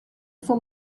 for